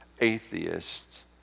atheists